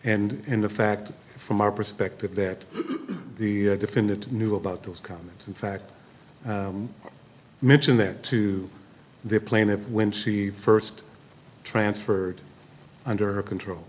and in the fact from our perspective that the defendant knew about those comments in fact i mentioned them to the plaintiff when she first transferred under control